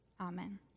Amen